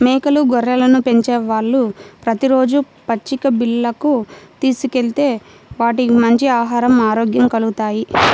మేకలు, గొర్రెలను పెంచేవాళ్ళు ప్రతి రోజూ పచ్చిక బీల్లకు తీసుకెళ్తే వాటికి మంచి ఆహరం, ఆరోగ్యం కల్గుతాయి